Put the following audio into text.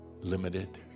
limited